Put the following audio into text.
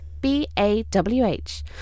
B-A-W-H